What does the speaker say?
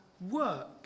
work